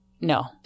No